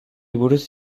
buruz